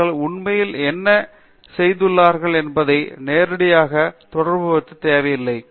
அவர்கள் உண்மையில் என்ன செய்துள்ளார்கள் என்பதை நேரடியாகத் தொடர்பு படுத்தத் தேவையில்லை